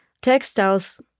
textiles